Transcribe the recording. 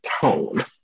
tone